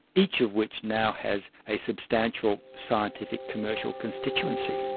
each of which now has a substantial scientific commercial constituency.